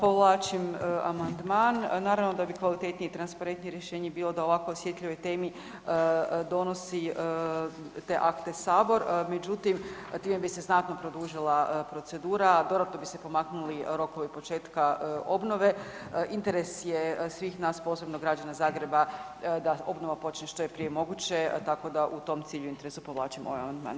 Povlačim amandman, naravno da bi kvalitetnije i transparentnije rješenje bilo da o ovako osjetljivoj temi donosi te akte Sabor međutim time bi se znatno produžila procedura, dodatno bi se pomaknuli rokovi početka obnove, interes je svih nas posebno građana Zagreba da obnova počne što je prije moguće tako da u tom cilju i interesu povlačim ovaj amandman.